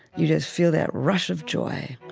you just feel that rush of joy.